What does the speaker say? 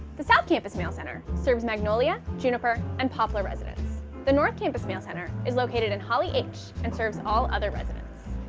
the south campus mail center serves magnolia juniper and poplar residences. the north campus mail center is located in holly h and serves all other residents.